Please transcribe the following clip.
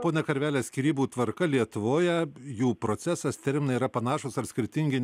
ponia karvele skyrybų tvarka lietuvoje jų procesas terminai yra panašūs ar skirtingi